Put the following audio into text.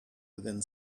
within